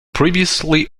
previously